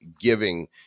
giving